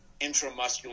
intramuscular